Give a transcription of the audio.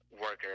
worker